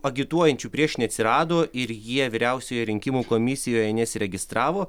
agituojančių prieš neatsirado ir jie vyriausiojoje rinkimų komisijoje nesiregistravo